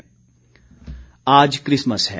Christmas आज Christmas है